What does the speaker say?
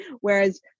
Whereas